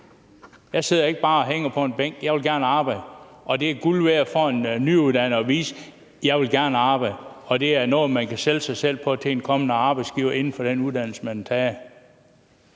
jeg sidder ikke bare og hænger på en bænk, men jeg vil gerne arbejde. Det er guld værd for en nyuddannet at vise, at man gerne vil arbejde, og det er noget, som man kan sælge sig selv på til en kommende arbejdsgiver inden for den uddannelse, man har